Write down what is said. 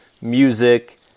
music